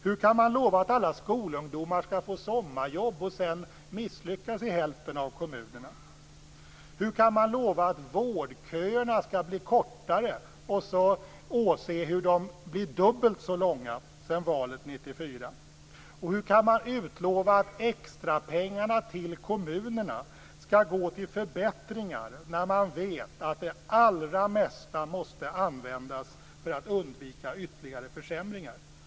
Hur kan man lova att alla skolungdomar skall få sommarjobb och sedan misslyckas i hälften av kommunerna? Hur kan man lova att vårdköerna skall bli kortare och sedan åse hur de blir dubbelt så långa som vid valet 1994? Och hur kan man utlova att extrapengarna till kommunerna skall gå till förbättringar när man vet att det allra mesta måste användas till att undvika ytterligare försämringar?